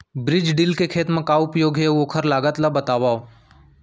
बीज ड्रिल के खेत मा का उपयोग हे, अऊ ओखर लागत ला बतावव?